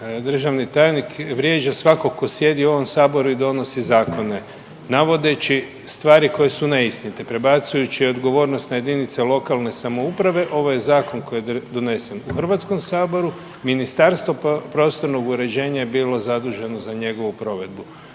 državni tajnik vrijeđa svakog tko sjedi u ovom saboru i donosi zakone navodeći stvari koje su neistinite, prebacujući odgovornost na jedinice lokalne samouprave. Ovo je zakon koji je donesen u Hrvatskom saboru, Ministarstvo prostornog uređenja je bilo zaduženo za njegovu provedbu.